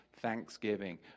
Thanksgiving